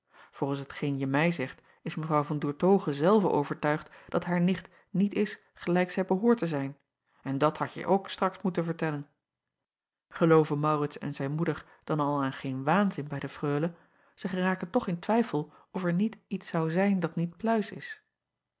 olgens hetgeen je mij zegt is evrouw an oertoghe zelve overtuigd dat haar nicht niet is gelijk zij behoort te zijn en dat hadje ook straks moeten vertellen elooven aurits en zijn moeder dan al aan geen waanzin bij de reule zij geraken toch in twijfel of er niet iets zou zijn dat niet pluis is